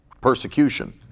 persecution